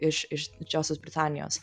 iš iš didžiosios britanijos